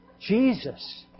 Jesus